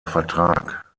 vertrag